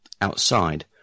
Outside